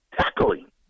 tackling